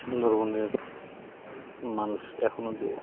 সুন্দরবনের মানুষ এখনো যে